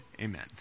amen